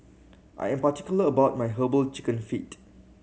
I am particular about my Herbal Chicken Feet